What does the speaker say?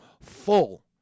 full